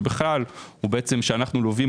ובכלל הוא מכך שאנחנו לווים,